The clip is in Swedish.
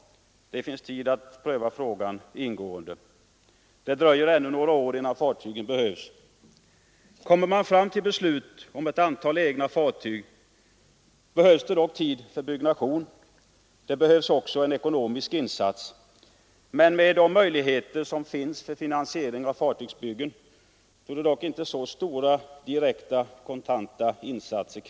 Det finns tid att pröva frågan ingående. Det dröjer ännu några år innan fartygen behövs. Kommer man fram till ett beslut om ett antal egna fartyg behövs det dock tid för byggnation. Det behövs också en ekonomisk insats. Men med de möjligheter som finns för finansiering av fartygsbyggen torde det inte krävas så stora direkta kontanta insatser.